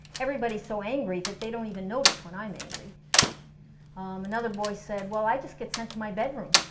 everybody's so angry that they don't even notice when i'm angry another boy said, well i just get sent to my bedroom